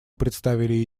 представили